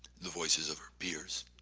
the voices of their peers,